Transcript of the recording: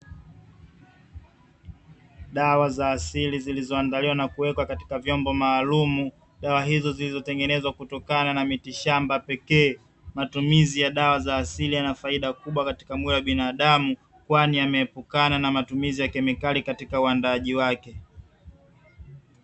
Dawa za asili zilizoandaliwa na kuwekwa katika vyombo maalumu, dawa hizo zilizotengenezwa kutokana na miti shamba pekee. Matumizi ya dawa za asili yana faida kubwa katika mwili wa binadamu, kwani yameepukana na matumizi ya kemikali katika uandaaji wake.